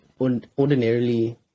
ordinarily